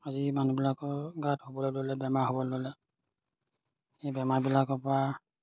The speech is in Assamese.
আজি মানুহবিলাকৰ গাত হ'বলৈ ল'লে বেমাৰ হ'বলৈ ল'লে সেই বেমাৰবিলাকৰ পৰা